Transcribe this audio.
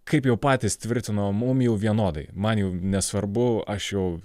kaip jau patys tvirtino mum jau vienodai man jau nesvarbu aš jau